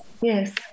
Yes